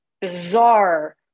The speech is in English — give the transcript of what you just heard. bizarre